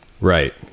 Right